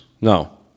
no